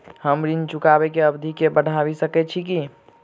हम ऋण चुकाबै केँ अवधि केँ बढ़ाबी सकैत छी की?